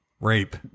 Rape